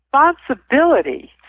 responsibility